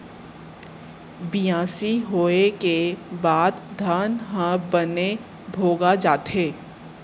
बियासी होय के बाद धान ह बने भोगा जाथे